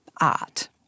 art